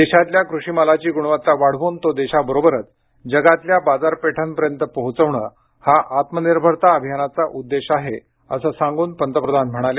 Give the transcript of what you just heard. देशातल्या कृषिमालाची गुणवत्ता वाढवून तो देशाबरोबरच जगातल्या बाजारपेठांपर्यंत पोहोचवणं हा आत्मनिर्भरता अभियानाचा उद्देश आहे असं सांगून पंतप्रधान म्हणाले